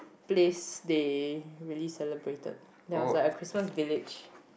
place they really celebrated there was like a Christmas village